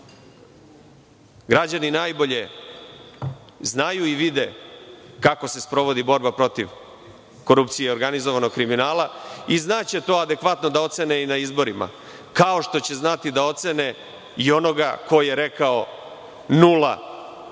Građani najbolje znaju i vide kako se sprovodi borba protiv korupcije i organizovanog kriminala i znače to adekvatno da ocene i na izborima, kao što će znati da ocene i onoga koji je rekao nula podignutih